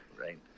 right